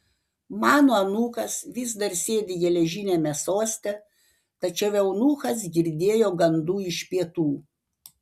mano anūkas vis dar sėdi geležiniame soste tačiau eunuchas girdėjo gandų iš pietų